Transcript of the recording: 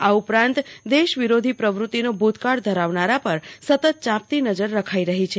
આ ઉપરાંત દેશ વિરોધી પ્રવૃતિનો ભૂતકાળ ધરાવનાર પર સતત ચાપતી નજર રાખી રહી છે